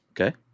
Okay